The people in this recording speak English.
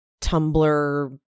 Tumblr